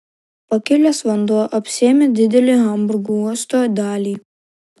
pakilęs vanduo apsėmė didelę hamburgo uosto dalį